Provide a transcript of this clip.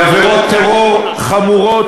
בעבירות טרור חמורות,